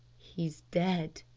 he's dead,